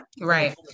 Right